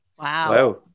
Wow